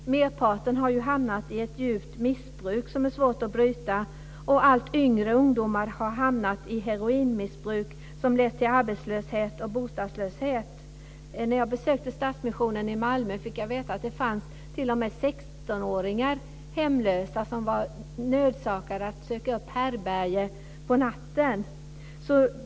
Merparten har ju hamnat i ett djupt missbruk som är svårt att bryta, och allt yngre ungdomar har hamnat i heroinmissbruk som lett till arbetslöshet och bostadslöshet. När jag besökte Stadsmissionen i Malmö fick jag veta att det t.o.m. finns hemlösa 16-åringar, som var nödsakade att söka härbärge på natten.